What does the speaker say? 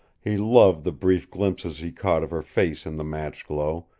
he loved the brief glimpses he caught of her face in the match-glow,